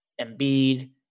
Embiid